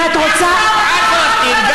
על פלסטין.